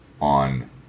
on